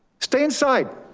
stay inside.